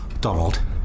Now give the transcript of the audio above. Donald